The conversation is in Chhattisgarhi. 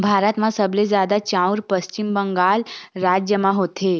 भारत म सबले जादा चाँउर पस्चिम बंगाल राज म होथे